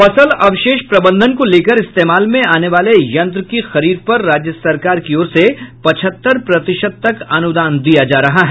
फसल अवशेष प्रबंधन को लेकर इस्तेमाल में आने वाले यंत्र की खरीद पर राज्य सरकार की ओर से पचहत्तर प्रतिशत तक अनुदान दिया जा रहा है